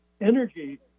energy